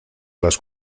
las